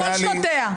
בכל שנותיה.